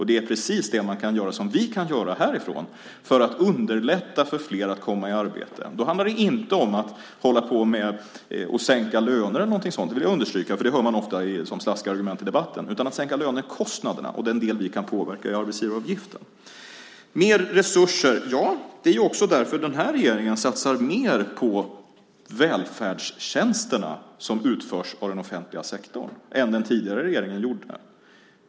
Det är precis det som vi kan göra härifrån, för att underlätta för fler att komma i arbete. Då handlar det inte om att hålla på att sänka löner eller någonting sådant - det vill jag understryka, för det hör man ofta som slaskargument i debatten - utan om att sänka lönekostnaderna, och den del vi kan påverka är arbetsgivaravgiften. Mer resurser - ja, det är också därför den här regeringen satsar mer på välfärdstjänsterna som utförs i den offentliga sektorn än vad den tidigare regeringen gjorde.